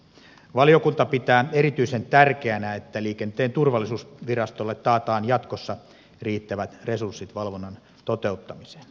valiokunta pitää erityisen tärkeänä että liikenteen turvallisuusvirastolle taataan jatkossa riittävät resurssit valvonnan toteuttamiseen